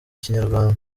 kinyarwanda